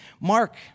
Mark